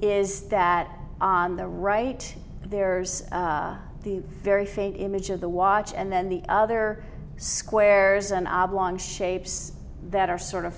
is that on the right there's the very faint image of the watch and then the other squares an oblong shapes that are sort of